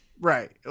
right